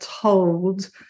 told